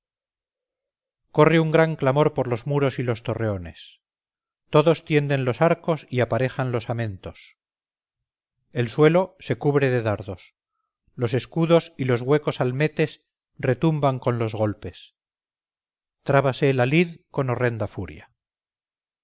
corre un gran clamor por los muros y los torreones todos tienden los arcos y aparejan los amentos el suelo se cubre de dardos los escudos y los huecos almetes retumban con los golpes trábase la lid con horrenda furia